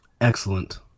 Excellent